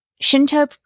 Shinto